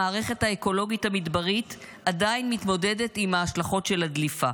המערכת האקולוגית המדברית עדיין מתמודדת עם ההשלכות של הדליפה.